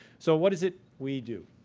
so what is it we do?